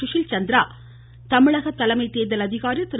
சுஷில் சந்திரா தமிழக தலைமை தேர்தல் அதிகாாி திரு